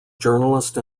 journalist